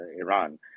Iran